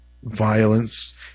Violence